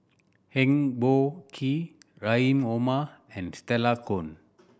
Eng Boh Kee Rahim Omar and Stella Kon